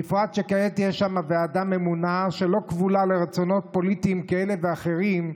בפרט שכעת יש שם ועדה ממונה שלא כבולה לרצונות פוליטיים כאלה ואחרים,